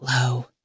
low